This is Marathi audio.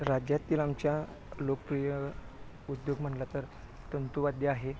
राज्यातील आमच्या लोकप्रिय उद्योग म्हणलं तर तंतुवाद्य आहे